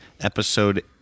episode